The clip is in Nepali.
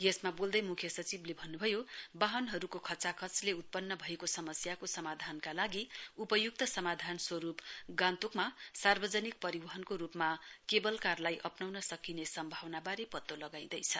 यसमा बोल्दै मुख्य सचिवले भन्नु भयो वाहनहरूको खचाखचले उत्पन्न भएको समस्याको समाधानका लागि उपयुक्त समाधान स्वरूप गान्तोकमा सार्वजनिक परिवहको रूपमा केबल कारलाई अप्राउन सकिने नसककिने सम्भावनाबारे पत्तो लगाइँदैछ